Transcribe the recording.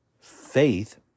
faith